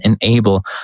enable